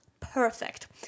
perfect